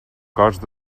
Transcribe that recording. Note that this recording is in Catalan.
cost